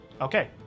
Okay